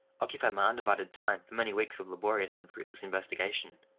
occupied my undivided time, for many weeks of laborious and fruitless investigation.